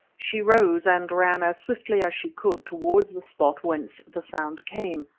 she rose and ran as swiftly as she could towards the spot whence the sound came.